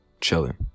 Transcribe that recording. chilling